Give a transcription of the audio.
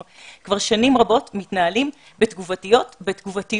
אנחנו כבר שנים רבות מתנהלים בתגובתיות לסימפטומים.